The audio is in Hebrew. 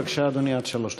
בבקשה, אדוני, עד שלוש דקות.